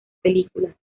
películas